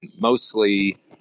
mostly